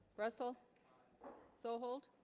russell so hold